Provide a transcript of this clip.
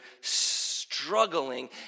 struggling